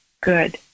good